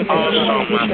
awesome